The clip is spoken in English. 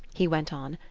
he went on,